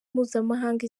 mpuzamahanga